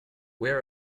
where